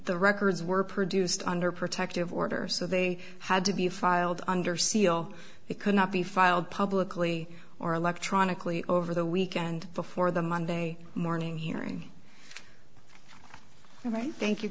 the records were produced under protective order so they had to be filed under seal they could not be filed publicly or electronically over the weekend before the monday morning hearing all right thank you